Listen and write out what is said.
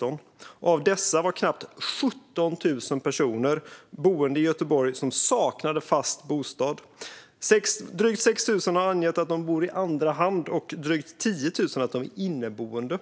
000. Av dessa var det knappt 17 000 personer boende i Göteborg som saknade fast bostad. Drygt 6 000 har angett att de bor i andra hand, och drygt 10 000 har angett att de är inneboende.